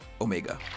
Omega